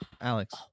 Alex